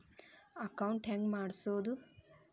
Account ಹೆಂಗ್ ಮಾಡ್ಸೋದು?